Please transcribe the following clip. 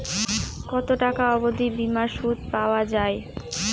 কত টাকা অবধি বিমার সুবিধা পাওয়া য়ায়?